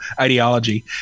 ideology